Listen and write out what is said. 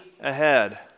ahead